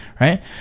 right